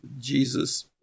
Jesus